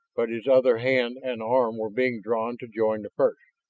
but his other hand and arm were being drawn to join the first!